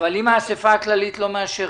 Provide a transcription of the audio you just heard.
-- אבל אם האסיפה הכללית לא מאשרת,